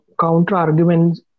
counter-arguments